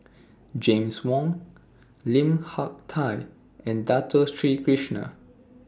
James Wong Lim Hak Tai and Dato Sri Krishna